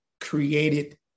created